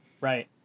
Right